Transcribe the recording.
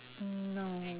mm no